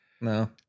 No